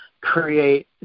create